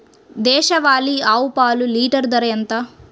దేశవాలీ ఆవు పాలు లీటరు ధర ఎంత?